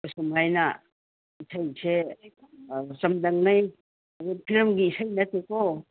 ꯑꯁꯨꯃꯥꯏꯅ ꯏꯁꯩꯁꯦ ꯆꯥꯡꯗꯝꯅꯩ ꯑꯗꯨ ꯐꯤꯂꯝꯒꯤ ꯏꯁꯩ ꯅꯠꯇꯦꯀꯣ